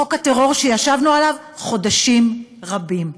חוק הטרור, שישבנו עליו חודשים רבים.